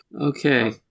Okay